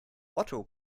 otto